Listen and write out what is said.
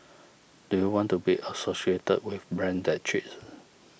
do you want to be associated with brand that cheats